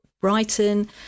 Brighton